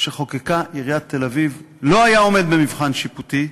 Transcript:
שחוקקה עיריית תל-אביב לא היה עומד במבחן שיפוטי,